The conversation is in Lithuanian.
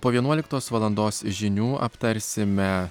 po vienuoliktos valandos žinių aptarsime